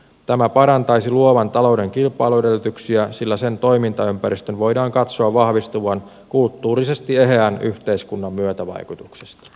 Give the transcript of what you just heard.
tämä parantaisi luovan talouden kilpailuedellytyksiä sillä sen toimintaympäristön voidaan katsoa vahvistuvan kulttuurisesti eheän yhteiskunnan myötävaikutuksesta